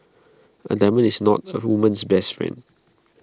A diamond is not A woman's best friend